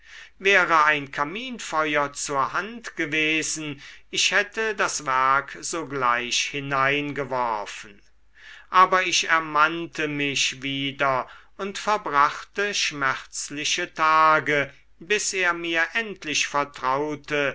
wäre ein kaminfeuer zur hand gewesen ich hätte das werk sogleich hineingeworfen aber ich ermannte mich wieder und verbrachte schmerzliche tage bis er mir endlich vertraute